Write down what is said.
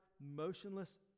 motionless